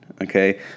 okay